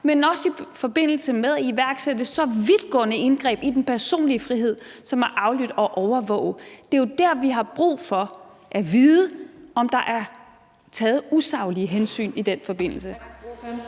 men også i forbindelse med at iværksætte så vidtgående indgreb i den personlige frihed som at aflytte og overvåge. Det er jo der, vi har brug for at vide, om der er taget usaglige hensyn i den forbindelse.